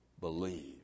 believe